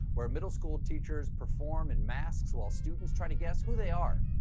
where middle school teachers perform in masks, while students try to guess who they are.